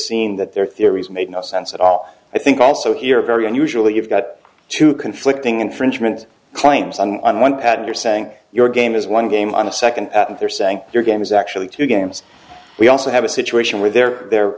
seen that their thing he's made no sense at all i think also here very unusually you've got two conflicting infringement claims on on one pattern you're saying your game is one game on a second and they're saying your game is actually two games we also have a situation where they're they're